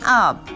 up